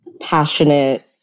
passionate